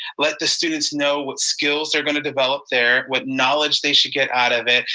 let the students know what skills they're going to develop there, what knowledge they should get out of it,